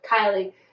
Kylie